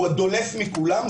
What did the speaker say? הוא הדולף מכולם.